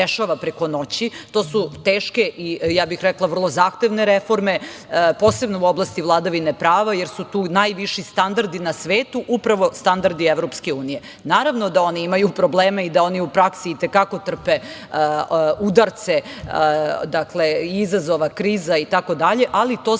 preko noći. To su teške i, rekla bih, vrlo zahtevne reforme, posebno u oblasti vladavine prava, jer su tu najviši standardi na svetu, upravo standardi EU.Naravno, da oni imaju probleme i da oni u praksi i te kako trpe udarce izazova, kriza itd, ali to